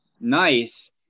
Nice